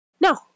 no